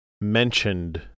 mentioned